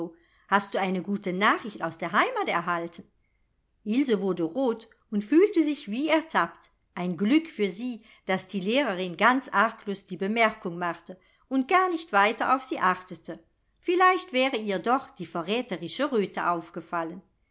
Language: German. hast du eine gute nachricht aus der heimat erhalten ilse wurde rot und fühlte sich wie ertappt ein glück für sie daß die lehrerin ganz arglos die bemerkung machte und gar nicht weiter auf sie achtete vielleicht wäre ihr doch die verräterische röte aufgefallen